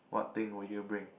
what thing would you bring